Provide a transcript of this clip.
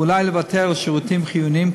ואולי לוותר על שירותים חיוניים,